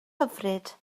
hyfryd